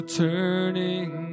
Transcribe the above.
turning